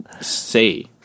say